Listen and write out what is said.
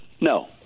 no